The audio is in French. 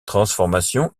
transformation